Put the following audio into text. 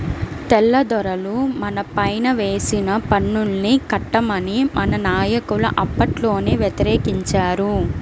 తెల్లదొరలు మనపైన వేసిన పన్నుల్ని కట్టమని మన నాయకులు అప్పట్లోనే వ్యతిరేకించారు